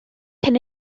cyn